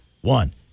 one